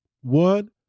One